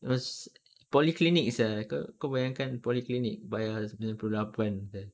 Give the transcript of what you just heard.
it was polyclinic sia kau kau bayangkan polyclinic bayar sembilan puluh lapan !huh!